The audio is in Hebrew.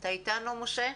אתה איתנו, משה?